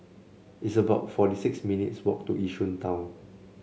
it's about forty six minutes walk to Yishun Town